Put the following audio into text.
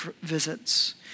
visits